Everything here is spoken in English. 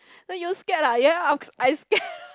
like you scared ah ya uh I scared